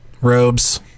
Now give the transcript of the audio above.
robes